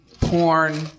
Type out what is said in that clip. porn